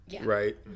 right